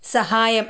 സഹായം